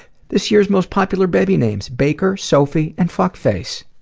this year's most popular baby names baker, sophie, and fuckface.